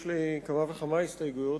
יש לי כמה וכמה הסתייגויות,